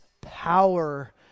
power